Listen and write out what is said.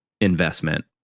investment